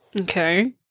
Okay